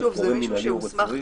כשאתה אומר גורם מנהלי או רפואי